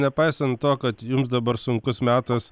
nepaisant to kad jums dabar sunkus metas